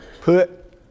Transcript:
put